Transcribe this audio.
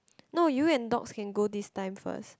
no you and Dorcas can go this time first